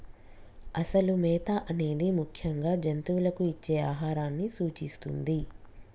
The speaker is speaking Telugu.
అసలు మేత అనేది ముఖ్యంగా జంతువులకు ఇచ్చే ఆహారాన్ని సూచిస్తుంది